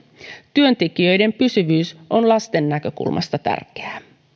työntekijöiden pysyvyys on lasten näkökulmasta tärkeää